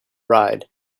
ride